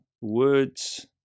words